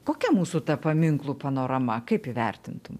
kokia mūsų ta paminklų panorama kaip įvertintum